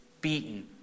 beaten